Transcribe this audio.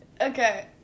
Okay